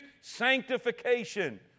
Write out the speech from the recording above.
sanctification